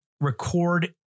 record